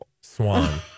swan